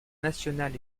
national